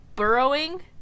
Burrowing